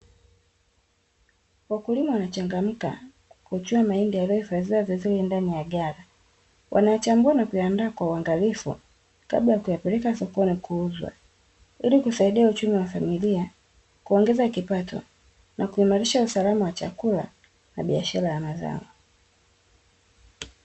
Wakulima wanachangamka kupukuchua mahindi yaliyohifadhiwa vizuri ndani ya gari. Wanayachambua na kuyaandaa kwa uangalifu kabla ya kuyapeleka sokoni kuuzwa, ili kusaidia uchumi wa familia, kuongeza kipato na kuimarisha usalama wa chakula na biashara ya mazao.